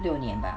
六年 mah